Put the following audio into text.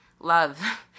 love